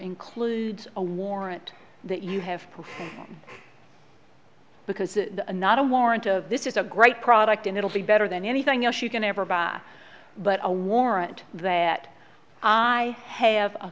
includes a warrant that you have proof because not a warrant of this is a great product and it'll be better than anything else you can ever buy but a warrant that i have